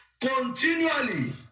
continually